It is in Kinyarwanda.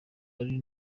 ari